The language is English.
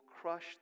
crush